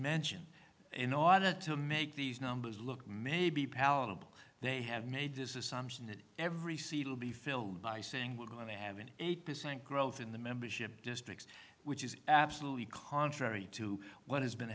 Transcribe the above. mention in order to make these numbers look maybe palatable they have made this assumption that every seed will be filled by saying we're going to have an eight percent growth in the membership districts which is absolutely contrary to what has been